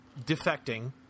defecting